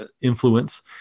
influence